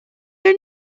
your